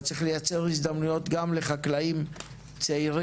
אבל צריך לייצר הזדמנויות גם לחקלאים צעירים.